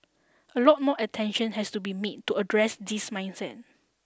a lot more attention has to be made to address this mindset